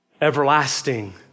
everlasting